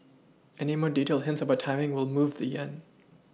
any more detailed hints about timing will move the yen